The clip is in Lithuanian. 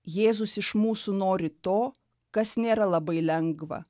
jėzus iš mūsų nori to kas nėra labai lengva